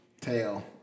Tail